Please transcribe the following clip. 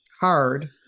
hard